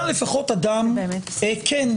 אתה לפחות אדם כן.